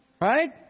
Right